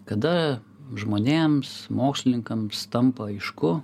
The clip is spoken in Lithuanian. kada žmonėms mokslininkams tampa aišku